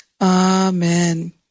Amen